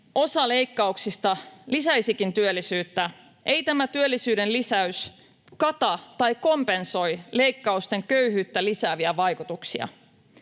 osa leikkauksista lisäisikin työllisyyttä, ei tämä työllisyyden lisäys kata tai kompensoi leikkausten köyhyyttä lisääviä vaikutuksia.